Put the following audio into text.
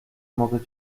mogę